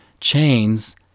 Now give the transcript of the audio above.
Chains